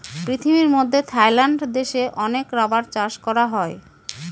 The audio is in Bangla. পৃথিবীর মধ্যে থাইল্যান্ড দেশে অনেক রাবার চাষ করা হয়